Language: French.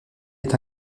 est